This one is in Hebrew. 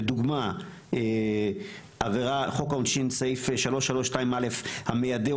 לדוגמה חוק העונשין סעיף 332 א': המיידה,